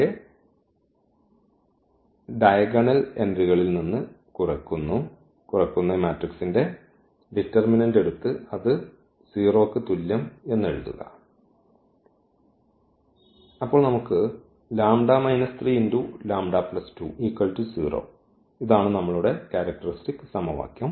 യെ ഡയഗണലിൽ നിന്ന് കുറയ്ക്കുന്ന ഈ മാട്രിക്സിന്റെ ഡിറ്റർമിനന്റ് എടുത്ത് അത് അത് അത് സീറോക്ക് തുല്യംഎന്ന് എഴുതുക അതിനാൽ ഇതാണ് നമ്മളുടെ ക്യാരക്ടർസ്റ്റിക് സമവാക്യം